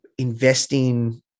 investing